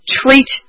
treat